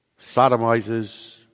sodomizes